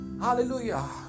Hallelujah